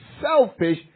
selfish